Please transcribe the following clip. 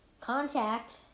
Contact